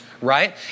right